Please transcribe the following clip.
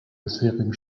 bisherigen